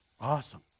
Awesome